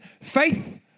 faith